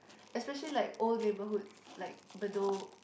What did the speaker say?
especially like old neighbourhoods like Bedok